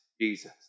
Jesus